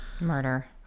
Murder